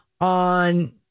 on